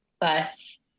bus